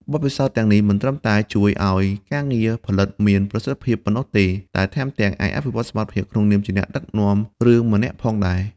បទពិសោធន៍ទាំងនេះមិនមែនត្រឹមតែជួយឲ្យការងារផលិតមានប្រសិទ្ធភាពប៉ុណ្ណោះទេ តែថែមទាំងអាចអភិវឌ្ឍសមត្ថភាពក្នុងនាមជាអ្នកដឹកនាំរឿងម្នាក់ផងដែរ។